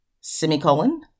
semicolon